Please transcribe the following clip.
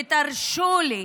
ותרשו לי,